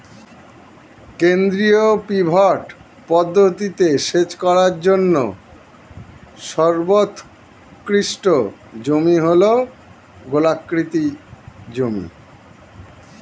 কেন্দ্রীয় পিভট পদ্ধতিতে সেচ করার জন্য সর্বোৎকৃষ্ট জমি হল গোলাকৃতি জমি